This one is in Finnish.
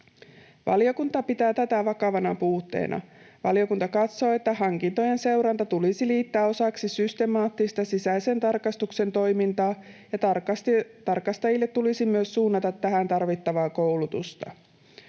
Valiokunta pitää tätä vakavana puutteena. Valiokunta katsoo, että hankintojen seuranta tulisi liittää osaksi systemaattista sisäisen tarkastuksen toimintaa ja tarkastajille tulisi myös suunnata tähän tarvittavaa koulutusta.